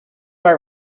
are